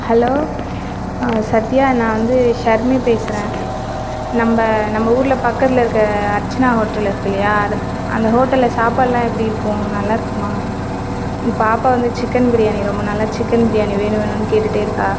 hello Sathya நான் வந்து ஷர்மி பேசுகிறேன் நம்ம நம்ம ஊரில் பக்கத்தில் இருக்க அர்ச்சனா ஹோட்டல் இருக்குலையா அது அந்த ஹோட்டலில் சாப்பாடுலாம் எப்படி இருக்கும் நல்லா இருக்குமா பாப்பா வந்து சிக்கன் பிரியாணி ரொம்ப நாளாக சிக்கன் பிரியாணி வேணும் வேணும்னு கேட்டுகிட்டே இருக்காள்